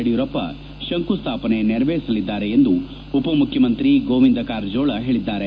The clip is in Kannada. ಯಡಿಯೂರಪ್ಪ ಶಂಕುಸ್ವಾಪನೆ ನೆರವೇರಿಸಲಿದ್ದಾರೆ ಎಂದು ಉಪಮುಖ್ಯಮಂತ್ರಿ ಗೋವಿಂದ ಕಾರಜೋಳ ಹೇಳಿದ್ದಾರೆ